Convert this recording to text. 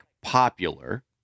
popular